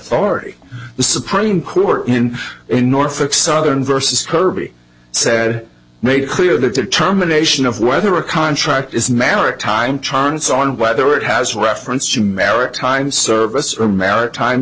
authority the supreme court in norfolk southern versus kirby said made clear the determination of whether a contract is maritime trance on whether it has reference to maritime service or maritime